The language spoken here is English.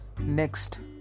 Next